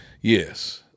Yes